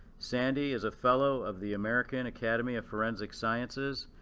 sandy is a fellow of the american academy of forensic sciences,